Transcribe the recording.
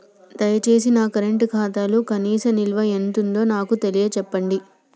దయచేసి నా కరెంట్ ఖాతాలో కనీస నిల్వ ఎంతుందో నాకు తెలియచెప్పండి